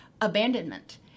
abandonment